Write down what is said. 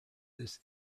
this